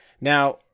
Now